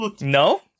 No